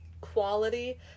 quality